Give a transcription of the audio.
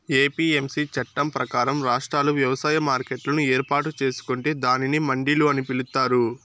APMC చట్టం ప్రకారం, రాష్ట్రాలు వ్యవసాయ మార్కెట్లను ఏర్పాటు చేసుకొంటే దానిని మండిలు అని పిలుత్తారు